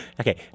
Okay